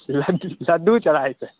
लड्डू लड्डू चढ़ाए थे